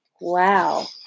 Wow